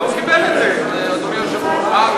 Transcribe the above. הוא קיבל את זה, אדוני היושב-ראש.